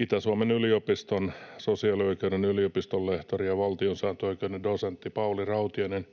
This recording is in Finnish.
Itä-Suomen yliopiston sosiaalioikeuden yliopistonlehtori ja valtiosääntöoikeuden dosentti Pauli Rautiainen